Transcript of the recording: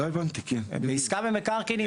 בעסקת מקרקעין,